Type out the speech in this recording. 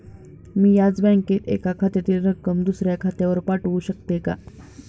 मी याच बँकेत एका खात्यातील रक्कम दुसऱ्या खात्यावर पाठवू शकते का?